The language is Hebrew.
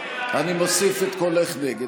אני מוסיף את קולך נגד.